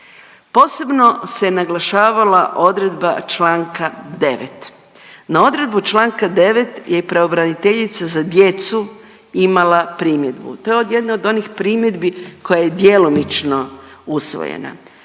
Posebno se naglašavala odredba članka 9. Na odredbu članka 9. je i pravobraniteljica za djecu imala primjedbu. To je jedna od onih primjedbi koja je djelomično usvojena.